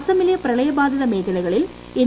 ആസാമിലെ പ്രളയ ബാധിത മേഖലകളിൽ എൻ